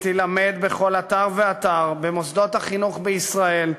תילמד בכל אתר ואתר במוסדות החינוך בישראל,